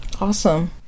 Awesome